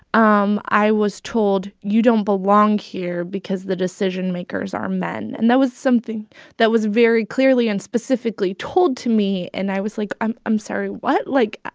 um i was told, you don't belong here because the decision-makers are men. and that was something that was very clearly and specifically told to me. and i was like, i'm i'm sorry. what? like.